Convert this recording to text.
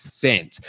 percent